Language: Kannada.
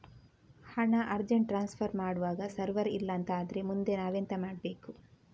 ಹಣ ಅರ್ಜೆಂಟ್ ಟ್ರಾನ್ಸ್ಫರ್ ಮಾಡ್ವಾಗ ಸರ್ವರ್ ಇಲ್ಲಾಂತ ಆದ್ರೆ ಮುಂದೆ ನಾವೆಂತ ಮಾಡ್ಬೇಕು?